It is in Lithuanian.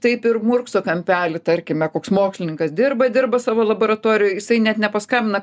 taip ir murkso kampely tarkime koks mokslininkas dirba dirba savo laboratorijoj jisai net nepaskambina